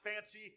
fancy